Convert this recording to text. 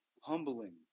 humbling